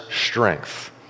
strength